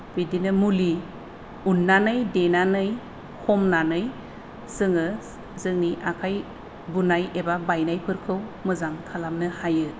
बिदिनो मुलि उननानै देनानै हमनानै जोङो जोंनि आखाय बुनाय एबा बायनायफोरखौ मोजां खालामनो हायो